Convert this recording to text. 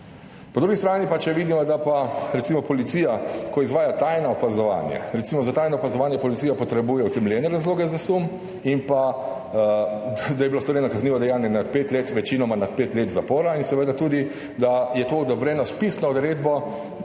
Po drugi strani pa, če vidimo, da recimo policija, ko izvaja tajno opazovanje, recimo za tajno opazovanje potrebuje policija utemeljene razloge za sum in da je bilo storjeno kaznivo dejanje nad pet let, večinoma nad pet let zapora in seveda tudi, da je to odobreno s pisno odredbo